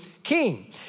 King